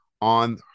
on